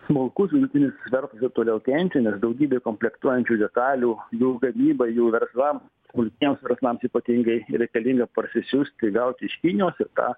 smulkus vidutinis verslas ir toliau kenčia nes daugybė komplektuojančių detalių jų gavybai jų verslam smulkiems verslams ypatingai reikalingas parsisiųsti gaut iš kinijos ir tą